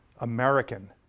American